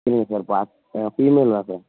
இல்லை சார் பாத் ஆ ஃபீமேலு தான் சார்